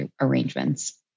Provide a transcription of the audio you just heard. arrangements